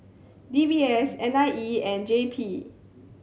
D B S N I E and J P